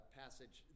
passage